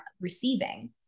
receiving